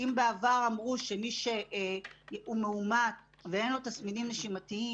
אם בעבר אמרו שמי שמאומת ואין לו תסמינים נשימתיים,